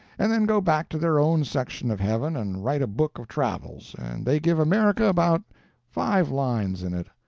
and then go back to their own section of heaven and write a book of travels, and they give america about five lines in it.